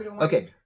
okay